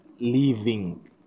living